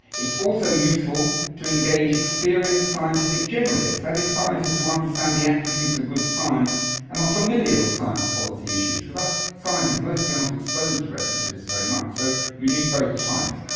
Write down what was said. it's also useful to engage experienced scientific generalists, that is scientists who understand the attributes of good science and are familiar with science policy issues, because us scientists mostly aren't exposed directly to this very much, so you need both types.